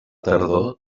tardor